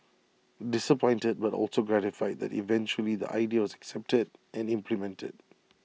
disappointed but also gratified that eventually the idea was accepted and implemented